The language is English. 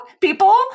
people